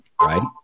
right